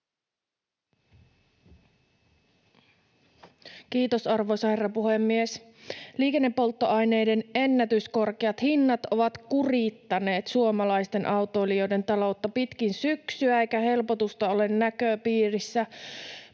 Kiitos, arvoisa herra puhemies! Liikennepolttoaineiden ennätyskorkeat hinnat ovat kurittaneet suomalaisten autoilijoiden taloutta pitkin syksyä, eikä helpotusta ole näköpiirissä.